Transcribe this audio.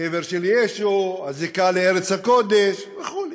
הקבר של ישו, הזיקה לארץ הקודש וכו'.